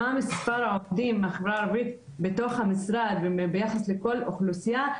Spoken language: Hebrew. מה מספר העובדים מהחברה הערבית בתוך המשרד וביחס לכל אוכלוסייה,